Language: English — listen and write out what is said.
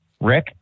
Rick